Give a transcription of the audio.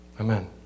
Amen